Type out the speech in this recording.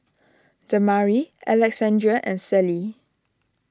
Damari Alexandria and Celie